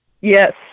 yes